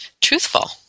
truthful